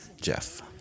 Jeff